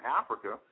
Africa